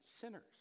sinners